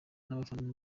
n’abafana